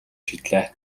шийдлээ